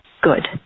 good